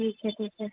ठीक आहे ठीक आहे